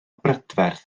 brydferth